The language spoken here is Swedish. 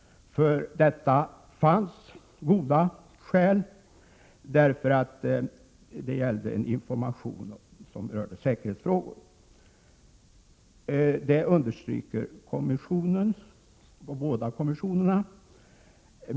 För detta fanns goda skäl, eftersom informa tionen berörde säkerhetsfrågor. Det understryker båda kommissionerna.